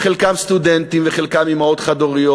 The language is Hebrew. חלקם סטודנטים וחלקם אימהות חד-הוריות.